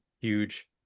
huge